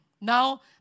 Now